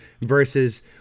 versus